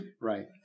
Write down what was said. Right